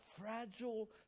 fragile